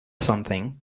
something